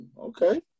Okay